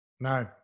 No